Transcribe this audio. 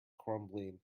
crumbling